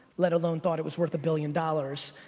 let alone thought it was worth a billion dollars.